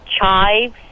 chives